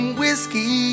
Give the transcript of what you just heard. whiskey